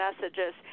messages